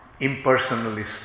impersonalist